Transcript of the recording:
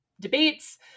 debates